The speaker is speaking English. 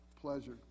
pleasure